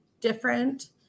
different